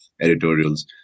editorials